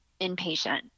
inpatient